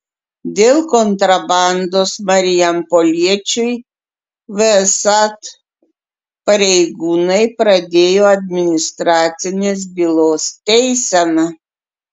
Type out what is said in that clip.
dėl kontrabandos marijampoliečiui vsat pareigūnai pradėjo administracinės bylos teiseną